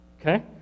okay